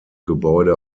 gebäude